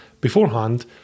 Beforehand